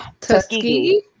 Tuskegee